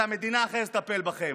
ושהמדינה אחרי זה תטפל בכם.